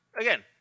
again